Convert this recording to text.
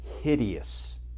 hideous